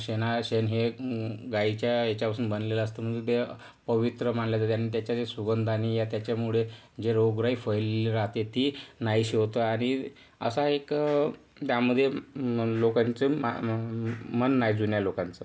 शेना शेण हे गाईच्या याच्यापासून बनलेलं असतं म्हणून ते पवित्र मानले जाते आणि त्याच्या जे सुगंध आणि या त्याच्यामुळे जे रोगराई फैल्ली राहते ती नाहीशी होतो आणि असा एक त्यामध्ये लोकांचे मा म्हणणं आहे जुन्या लोकांचं